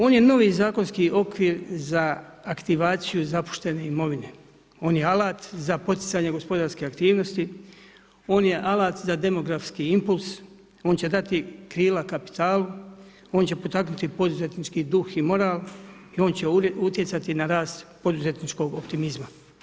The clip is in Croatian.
On je novi zakonski okvir za aktivaciju zapuštene imovine, on je alat za poticanje gospodarske aktivnosti, on je alat za demografski impuls, on će dati krila kapitalu, on će potaknuti poduzetnički duh i moral i on će utjecati na rast poduzetničkog optimizma.